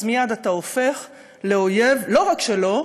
אז מייד אתה הופך לאויב לא רק שלו,